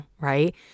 right